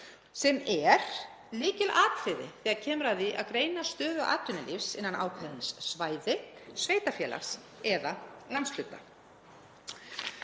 sem er lykilatriði þegar kemur að því að greina stöðu atvinnulífsins innan ákveðins svæðis, sveitarfélags eða landshluta.